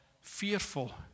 fearful